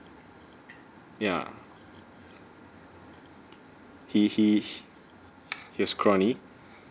ya he he he was scrawny